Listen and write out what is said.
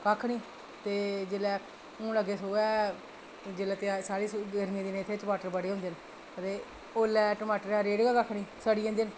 कक्ख निं ते जेल्लै हून अग्गें सूहै जेल्लै त्यार गर्मियें दे दिनें साढ़े इत्थै टमाटर बड़े होंदे न ते उसलै टमाटरें दा रेट गै कक्ख निं सड़ी जंदे न